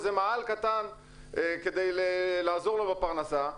מאהל קטן כדי לעזור לו בפרנסה.